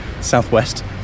southwest